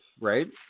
right